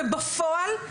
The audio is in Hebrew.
ובפועל,